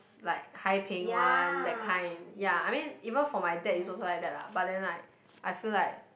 like high paying one that kind ya I mean even for my dad he's also like that lah but then like I feel like